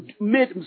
made